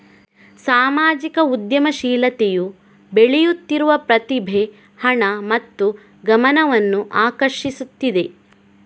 ಸಾಮಾಜಿಕ ಉದ್ಯಮಶೀಲತೆಯು ಬೆಳೆಯುತ್ತಿರುವ ಪ್ರತಿಭೆ, ಹಣ ಮತ್ತು ಗಮನವನ್ನು ಆಕರ್ಷಿಸುತ್ತಿದೆ